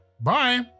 bye